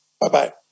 Bye-bye